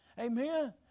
Amen